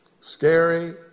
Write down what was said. Scary